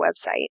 website